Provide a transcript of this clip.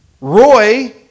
Roy